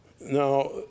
Now